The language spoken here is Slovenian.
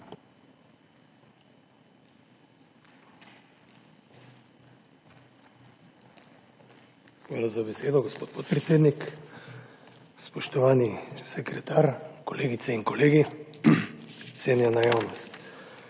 Hvala za besedo, gospod podpredsednik. Spoštovani sekretar, kolegice in kolegi, cenjena javnost!